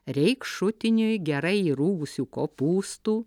reik šutiniui gerai įrūgusių kopūstų